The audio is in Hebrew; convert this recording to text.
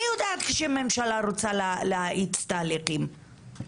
אני יודעת שהממשלה רוצה להאיץ תהליכים.